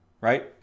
right